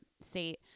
state